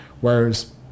Whereas